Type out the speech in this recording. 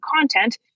content